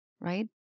right